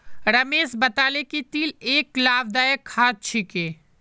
रमेश बताले कि तिल एक लाभदायक खाद्य छिके